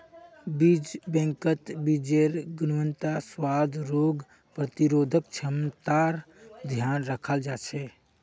बीज बैंकत बीजेर् गुणवत्ता, स्वाद, रोग प्रतिरोधक क्षमतार ध्यान रखाल जा छे